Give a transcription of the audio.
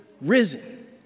risen